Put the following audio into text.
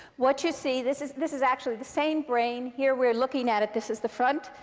what you see this is this is actually the same brain. here we're looking at it. this is the front.